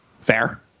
Fair